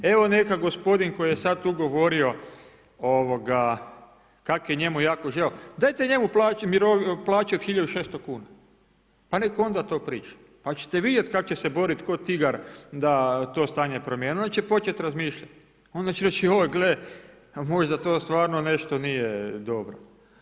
Evo neka gospodin koji je sada tu govorio kako je njemu jako žao, dajte njemu plaću od 1600 kuna pa neka onda to priča, pa ćete vidjeti kako će se boriti ko tigar da to stanje promijeni, onda će početi razmišljati, onda će reći joj gle možda to stvarno nešto nije dobro.